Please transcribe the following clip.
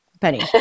Penny